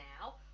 now